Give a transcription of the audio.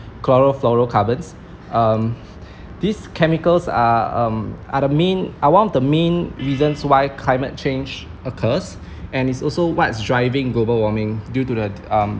chlorofluorocarbons um these chemicals are um are the main are one of the main reasons why climate change occurs and it's also what's driving global warming due to the um